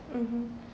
mmhmm